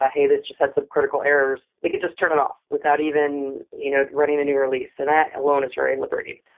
ah hey, this just has some critical errors. they could just turn it off without even you know running a new release, and that alone is very liberating.